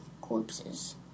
corpses